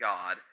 God